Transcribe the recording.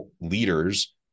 leaders